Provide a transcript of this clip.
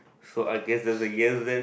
so I guess that's a yes then